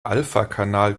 alphakanal